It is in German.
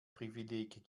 privileg